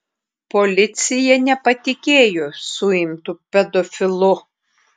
policija nepatikėjo suimtu pedofilu